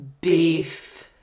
beef